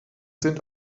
sind